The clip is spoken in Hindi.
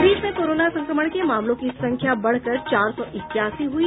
प्रदेश में कोरोना संक्रमण के मामलों की संख्या बढ़कर चार सौ इक्यासी हुई